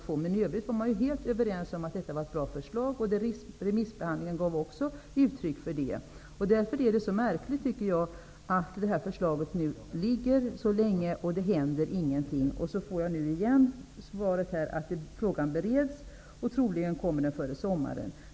I övrigt var man helt överens om att förslaget var bra. Remissbehandlingen gav uttryck för samma sak. Det är därför så märkligt att detta förslag nu har legat så länge och att ingenting händer. Jag får nu igen svaret att frågan bereds, och att den troligen blir klar till sommaren.